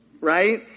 Right